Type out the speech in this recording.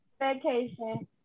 Vacation